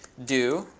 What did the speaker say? do